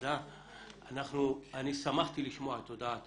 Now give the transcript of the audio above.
אני שמחתי לשמוע את הודעת